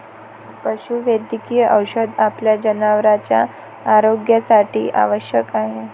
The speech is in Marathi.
पशुवैद्यकीय औषध आपल्या जनावरांच्या आरोग्यासाठी आवश्यक आहे